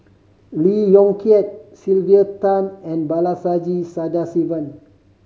Lee Yong Kiat Sylvia Tan and Sadasivan